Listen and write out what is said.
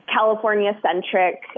California-centric